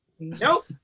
Nope